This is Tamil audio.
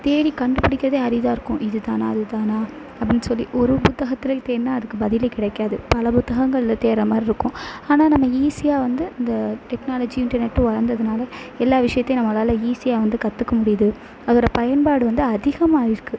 தேடி கண்டுபிடிக்கிறதே அரிதாக இருக்கும் இது தானா அது தானா அப்படின் சொல்லி ஒரு ஒரு புத்தகத்துலேயும் தேடினா அதுக்கு பதிலே கிடைக்காது பல புத்தகங்களில் தேடுற மாறிருக்கும் ஆனால் நம்ம ஈஸியாக வந்து இந்த டெக்னாலஜியும் இன்டர்நெட்டும் வளர்ந்ததுனால எல்லா விஷயத்தையும் நம்மளால் ஈஸியாக வந்து கற்றுக்க முடியுது அதோட பயன்பாடு வந்து அதிகமாகிருக்கு